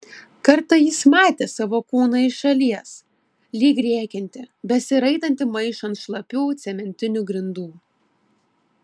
kartą jis matė savo kūną iš šalies lyg rėkiantį besiraitantį maišą ant šlapių cementinių grindų